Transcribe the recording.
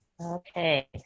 Okay